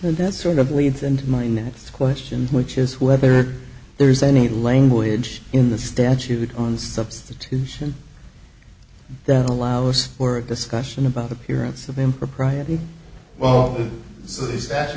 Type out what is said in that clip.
and that's sort of leads into my next question which is whether there is any language in the statute on substitution that allows for a discussion about appearance of impropriety well this is actually